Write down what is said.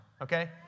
okay